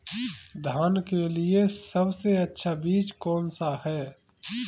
धान के लिए सबसे अच्छा बीज कौन सा है?